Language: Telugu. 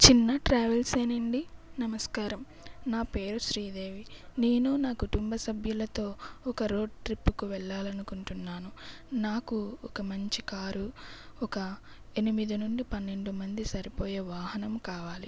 చిన్నా ట్రావెల్స్ ఏనా అండి నమస్కారం నా పేరు శ్రీదేవి నేను నా కుటుంబ సభ్యులతో ఒక రోడ్ ట్రిప్పుకు వెళ్ళాలనుకుంటున్నాను నాకు ఒక మంచి కారు ఒక ఎనిమిది నుండి పన్నెండు మంది సరిపోయే వాహనం కావాలి